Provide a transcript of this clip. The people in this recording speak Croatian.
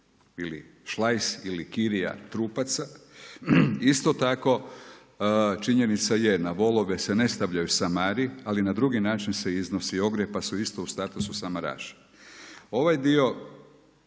ili šlajs ili kirija trupaca. Isto tako, činjenica je na volove se ne stavljaju samari, ali na drugi način se iznosi ogrijev, pa su isto u statusu samaraša. Ovaj dio